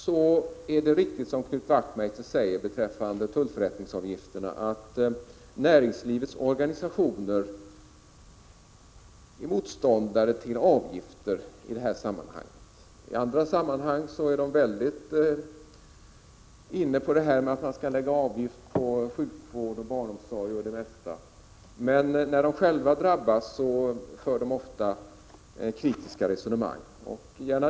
Det är riktigt som Knut Wachtmeister säger att näringslivets organisationer är motståndare till tullförrättningsavgifter. I andra sammanhang är de däremot ofta för avgifter, t.ex. i fråga om sjukvården, barnomsorgen och det mesta. Men när de själva drabbas för de ofta kritiska resonemang.